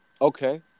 okay